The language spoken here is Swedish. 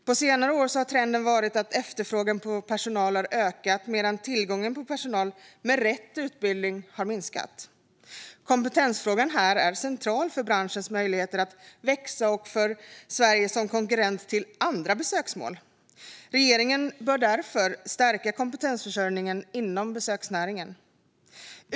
På senare år har trenden varit att efterfrågan på personal har ökat medan tillgången på personal med rätt utbildning har minskat. Kompetensfrågan är central för branschens möjligheter att växa och för Sverige som konkurrent till andra besöksmål. Regeringen bör därför stärka kompetensförsörjningen inom besöksnäringen.